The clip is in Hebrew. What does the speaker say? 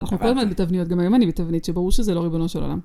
אנחנו כל הזמן בתבניות, גם היום אני בתבנית, שברור שזה לא ריבונו של עולם.